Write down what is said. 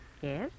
Yes